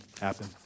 happen